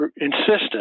insistent